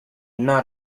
not